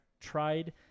tried